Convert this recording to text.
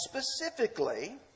specifically